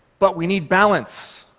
but we need balance,